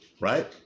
Right